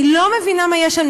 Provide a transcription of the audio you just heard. אני לא מבינה מה יש שם.